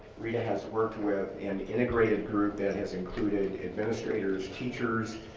rita has worked with an integrated group that has included administrators, teachers,